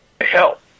help